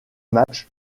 match